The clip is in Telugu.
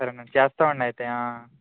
సరే అండీ చేస్తామండి అయితే